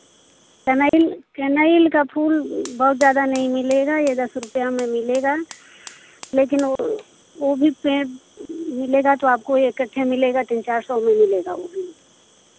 कनैल कनैल का फूल बहुत ज़्यादा नहीं मिलेगा यह दस रुपया में मिलेगा लेकिन वह वह भी पेड़ मिलेगा तो आपको यह इकट्ठे मिलेगा तीन चार सौ में मिलेगा वह भी